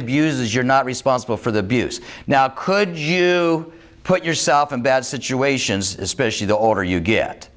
abuses you're not responsible for the buz now could you put yourself in bad situations especially the older you get